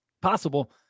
possible